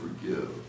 forgive